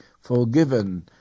Forgiven